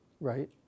right